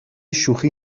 شوخی